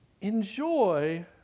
enjoy